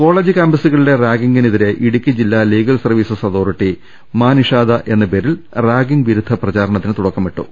college ക്യാമ്പസുകളിലെ റാഗിങ്ങിനെതിരെ ഇടുക്കി ജില്ലാ legal services authority Ma Nishada എന്ന് പേരിൽ റാഗിങ്ങ് വിരുദ്ധ പ്രചാരണത്തിന് തുടക്കമിട്ടു